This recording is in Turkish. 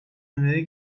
öneri